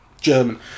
German